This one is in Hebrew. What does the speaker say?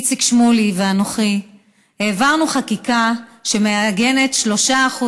איציק שמולי ואנוכי העברנו חקיקה שמעגנת 3%